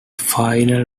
final